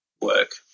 work